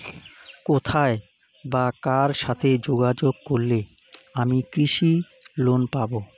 কোথায় বা কার সাথে যোগাযোগ করলে আমি কৃষি লোন পাব?